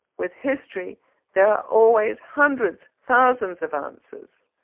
with history there are always hundreds, thousands of answers.